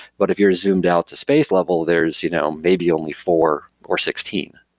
but if you're zoomed out to space level, there's you know maybe only four, or sixteen,